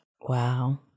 Wow